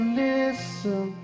listen